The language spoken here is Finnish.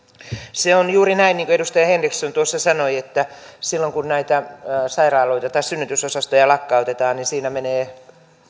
se on juuri näin niin kuin edustaja henriksson tuossa sanoi että silloin kun näitä synnytysosastoja lakkautetaan niin siinä menee